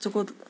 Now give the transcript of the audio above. ژٕ کوٚت